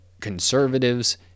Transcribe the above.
conservatives